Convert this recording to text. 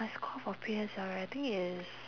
my score for P_S_L_E I think is